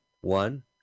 one